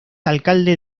alcalde